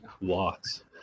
Lots